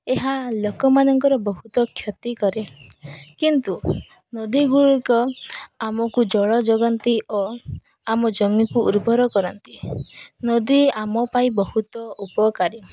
ଏହା ଲୋକମାନଙ୍କର ବହୁତ କ୍ଷତି କରେ କିନ୍ତୁ ନଦୀ ଗୁଡ଼ିକ ଆମକୁ ଜଳ ଯୋଗନ୍ତି ଓ ଆମ ଜମିକୁ ଉର୍ବର କରନ୍ତି ନଦୀ ଆମ ପାଇଁ ବହୁତ ଉପକାରୀ